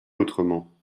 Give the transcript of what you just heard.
autrement